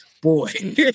Boy